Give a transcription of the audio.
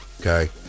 okay